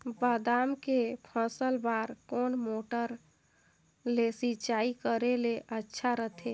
बादाम के के फसल बार कोन मोटर ले सिंचाई करे ले अच्छा रथे?